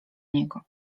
niego